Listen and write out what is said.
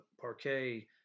parquet